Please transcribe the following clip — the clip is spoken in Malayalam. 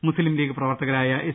മുസ്ലീം ലീഗ് പ്രവർത്തക രായ എസ്